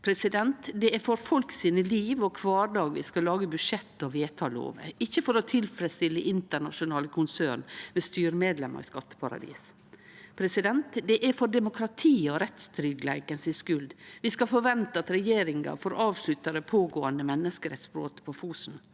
bordet. Det er for folk sitt liv og sin kvardag vi skal lage budsjett og vedta lover, ikkje for å tilfredsstille internasjonale konsern med styremedlemer i skatteparadis. Det er for demokratiet og rettstryggleiken si skuld vi skal forvente at regjeringa får avslutta det pågåande menneskerettsbrotet på Fosen.